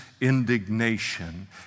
indignation